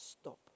stop